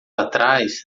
atrás